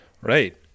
Right